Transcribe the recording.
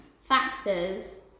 factors